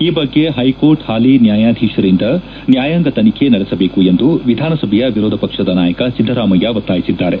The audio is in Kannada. ಈ ಬಗ್ಗೆ ಹೈಕೋರ್ಟ್ ಹಾಲಿ ನ್ನಾಯಾಧೀಶರಿಂದ ನ್ನಾಯಾಂಗ ತನಿಖೆ ನಡೆಸಬೇಕು ಎಂದು ವಿಧಾನಸಭೆಯ ವಿರೋಧ ಪಕ್ಷದ ನಾಯಕ ಸಿದ್ದರಾಮಯ್ಯ ಒತ್ತಾಯಿಸಿದ್ದಾರೆ